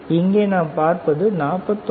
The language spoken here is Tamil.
இங்கே நாம் பார்ப்பது 49